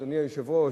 אדוני היושב-ראש,